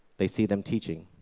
they see them teaching,